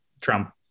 Trump